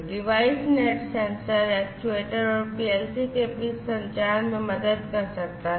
device net sensor actuator और PLC के बीच संचार में मदद कर सकता है